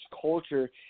culture